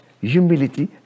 humility